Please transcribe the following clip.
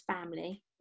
family